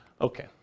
Okay